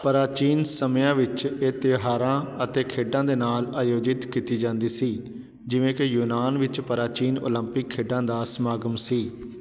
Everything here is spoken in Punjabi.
ਪ੍ਰਾਚੀਨ ਸਮਿਆਂ ਵਿੱਚ ਇਹ ਤਿਉਹਾਰਾਂ ਅਤੇ ਖੇਡਾਂ ਦੇ ਨਾਲ ਆਯੋਜਿਤ ਕੀਤੀ ਜਾਂਦੀ ਸੀ ਜਿਵੇਂ ਕਿ ਯੂਨਾਨ ਵਿੱਚ ਪ੍ਰਾਚੀਨ ਓਲੰਪਿਕ ਖੇਡਾਂ ਦਾ ਸਮਾਗਮ ਸੀ